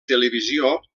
televisió